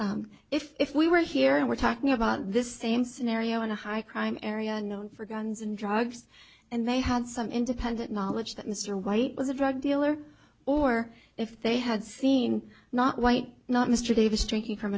if we were here and we're talking about this same scenario in a high crime area known for guns and drugs and they had some independent knowledge that mr white was a drug dealer or if they had seen not white not mr davis drinking from